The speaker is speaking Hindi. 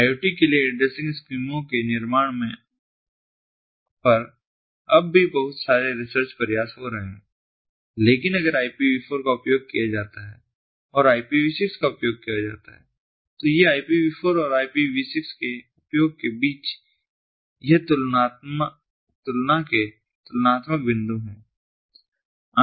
IoT के लिए एड्रेसिंग स्कीमों के निर्माण पर अभी भी बहुत सारे रिसर्च प्रयास हो रहे हैं लेकिन अगर IPV4 का उपयोग किया जाता है और IPV6 का उपयोग किया जाता है तो ये IPV4 और IPV6 के उपयोग के बीच यह तुलना के तुलनात्मक बिंदु हैं